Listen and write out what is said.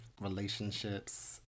relationships